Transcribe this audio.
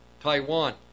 Taiwan